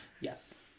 Yes